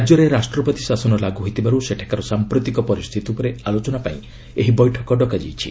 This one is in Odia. ରାଜ୍ୟରେ ରାଷ୍ଟ୍ରପତି ଶାସନ ଲାଗୁ ହୋଇଥିବାରୁ ସେଠାକାର ସାମ୍ପ୍ରତିକ ପରିସ୍ଥିତି ଉପରେ ଆଲୋଚନା ପାଇଁ ଏହି ବୈଠକ ଡକା ଯାଇଛି